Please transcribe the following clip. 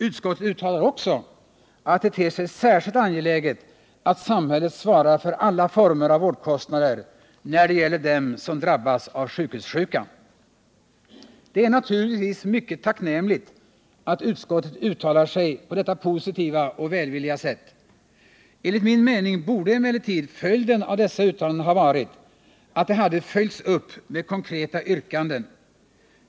Utskottet uttalar också att det ter sig särskilt angeläget att samhället svarar för alla former av vårdkostnader när det gäller dem som drabbats av sjukhussjuka. Det är naturligtvis mycket tacknämligt att utskottet uttalar sig på detta positiva och välvilliga sätt. Enligt min mening borde emellertid dessa uttalanden ha följts upp med konkreta yrkanden.